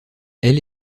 elle